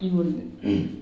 अ